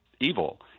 evil